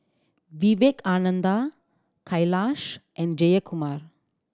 Vivekananda Kailash and Jayakumar